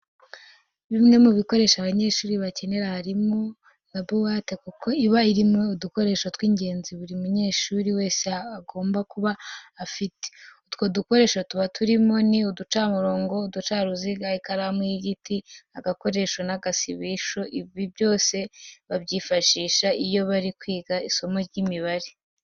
Bimwe mu bikoresho abanyeshuri bakenera harimo na buwate kuko iba irimo udukoresho tw'ingenzi buri munyeshuri wese aba agomba kuba afite. Utwo dukoresho tuba turimo ni uducamurongo, uducaruziga, ikaramu y'igiti, agacongesho n'agasibisho, ibi byose babyifashisha iyo bari kwiga isomo ry'imibare.